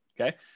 okay